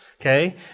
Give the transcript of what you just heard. okay